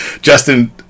Justin